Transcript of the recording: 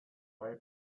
bei